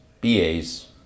BAs